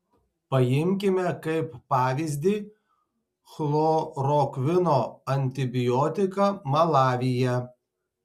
paimkime kaip pavyzdį chlorokvino antibiotiką malavyje